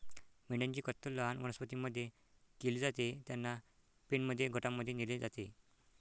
मेंढ्यांची कत्तल लहान वनस्पतीं मध्ये केली जाते, त्यांना पेनमध्ये गटांमध्ये नेले जाते